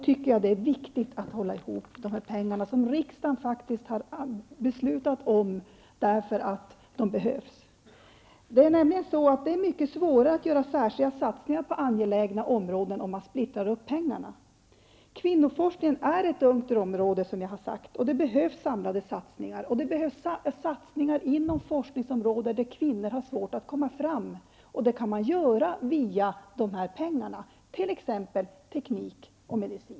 Jag menar att det är viktigt att hålla ihop de pengar som riksdagen faktiskt har beslutat om, eftersom de behövs. Det är nämligen mycket svårare att göra särskilda satsningar på angelägna områden om man splittrar upp pengarna. Kvinnoforskningen är, som jag har sagt, ett ungt område, och det behövs samlade satsningar där. Det behövs också satsningar inom forskningsområden där kvinnor har svårt att komma fram, t.ex. teknik och medicin. Sådana satsningar blir möjliga genom dessa pengar.